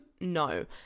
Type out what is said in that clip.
No